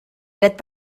dret